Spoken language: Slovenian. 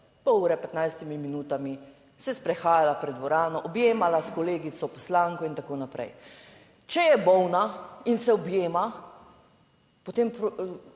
pol ure, 15 minutami se sprehajala pred dvorano, objemala s kolegico poslanko in tako naprej. Če je bolna in se objema, potem